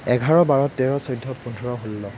এঘাৰ বাৰ তেৰ চৈধ্য় পোন্ধৰ ষোল্ল